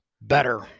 Better